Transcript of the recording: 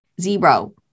Zero